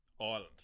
Ireland